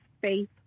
faith